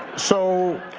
so